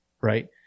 Right